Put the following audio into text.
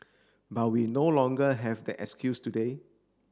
but we no longer have that excuse today